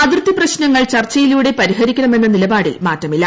അതിർത്തി പ്രശ്നങ്ങൾ ചർച്ചയിലൂടെ പരിഹരിക്കണമെന്ന നിലപാടിൽ മാറ്റമില്ല